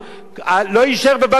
לא יישאר בבקו"ם אף אחד,